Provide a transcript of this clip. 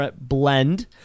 blend